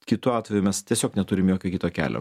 kitu atveju mes tiesiog neturim jokio kito kelio